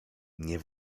nie